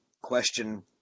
question